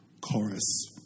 chorus